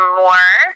more